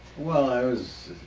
was